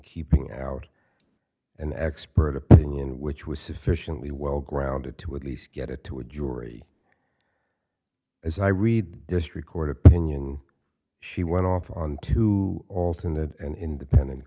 keeping out an expert opinion which was sufficiently well grounded to at least get a to a jury as i read district court opinion she went off on to alternate and independent